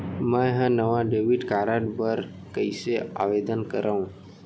मै हा नवा डेबिट कार्ड बर कईसे आवेदन करव?